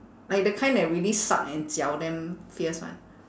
like the kind that really suck and 搅 damn fierce [one]